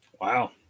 Wow